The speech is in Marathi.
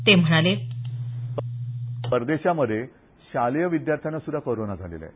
ते म्हणाले परदेशांमध्ये शाळेय विद्यार्थ्यांना सुद्धा कोरोना झाला आहे